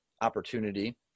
opportunity